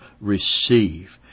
receive